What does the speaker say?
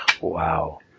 Wow